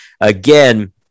again